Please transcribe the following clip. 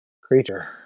creature